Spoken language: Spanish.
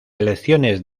elecciones